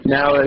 Now